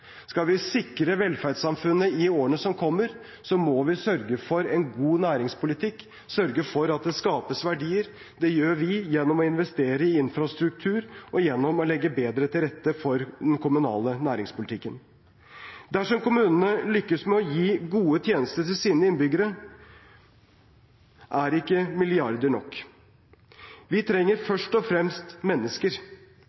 Skal vi sikre velferdssamfunnet i årene som kommer, må vi sørge for en god næringspolitikk, sørge for at det skapes verdier. Det gjør vi gjennom å investere i infrastruktur og gjennom å legge bedre til rette for den kommunale næringspolitikken. Dersom kommunene skal lykkes med å gi gode tjenester til sine innbyggere, er ikke milliarder nok. Vi trenger først og fremst mennesker.